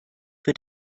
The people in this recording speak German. für